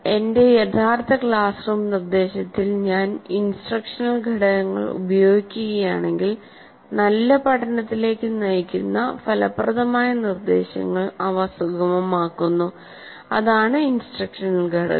എന്റെ യഥാർത്ഥ classroom നിർദ്ദേശത്തിൽ ഞാൻ ഈ ഇൻസ്ട്രക്ഷണൽ ഘടകങ്ങൾ ഉപയോഗിക്കുകയാണെങ്കിൽ നല്ല പഠനത്തിലേക്ക് നയിക്കുന്ന ഫലപ്രദമായ നിർദ്ദേശങ്ങൾ അവ സുഗമമാക്കുന്നു അതാണ് ഇൻസ്ട്രക്ഷണൽ ഘടകം